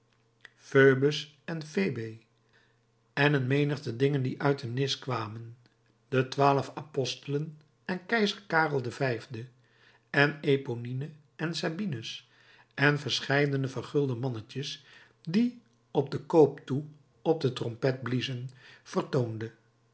phoebus en phebé en een menigte dingen die uit een nis kwamen de twaalf apostelen en keizer karel v en eponine en sabinus en verscheiden vergulde mannetjes die op den koop toe op de trompet bliezen